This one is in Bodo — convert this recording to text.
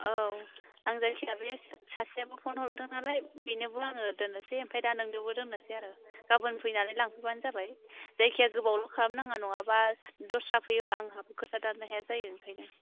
औ आं जायखिया बे सासेआबो फन हरदोंनालाय बेनोबो आङो दोननोसै ओमफ्राय दा नोंनोबो दोननोसै आरो गाबोन फानानै लांफैबोनो जाबाय जायखिया गोबावल' खालामनाङा नङाबा दस्रा फैयोबा आंहाबो खोथा दाननो हाया जायो ओंखायनो